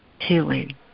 healing